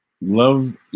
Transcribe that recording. Love